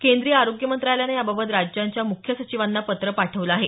केंद्रीय आरोग्य मंत्रालयानं याबाबत राज्याच्या मुख्य सचिवांना पत्र पाठवलं आहे